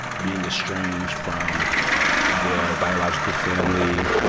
being estranged from their biological family.